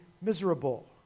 miserable